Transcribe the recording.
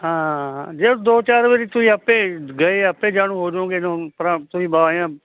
ਹਾਂ ਜਾ ਦੋ ਚਾਰ ਵਾਰੀ ਤੁਸੀਂ ਆਪੇ ਗਏ ਆਪੇ ਜਾਣੂ ਹੋ ਜੂਗੇ ਤੁਸੀਂ ਆਏ ਆ